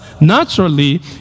naturally